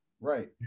Right